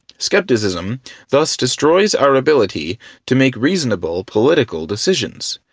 skepticism thus destroys our ability to make reasonable political decisions,